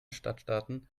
stadtstaaten